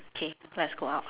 okay let's go out